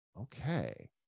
okay